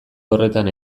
horretan